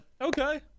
Okay